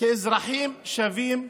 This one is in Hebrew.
כאל אזרחים שווים.